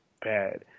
bad